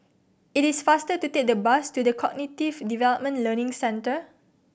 it is faster to take the bus to The Cognitive Development Learning Centre